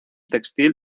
textil